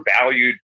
valued